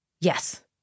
yes